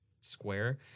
Square